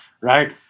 Right